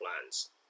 plans